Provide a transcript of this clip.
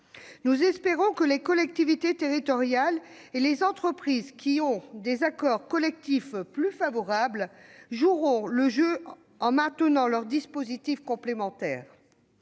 Nous espérons que les collectivités territoriales et les entreprises qui ont des accords collectifs plus favorables joueront le jeu, en maintenant leurs dispositifs complémentaires.